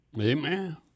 Amen